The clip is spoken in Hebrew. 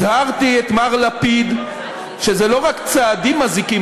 הזהרתי את מר לפיד שזה לא רק צעדים מזיקים,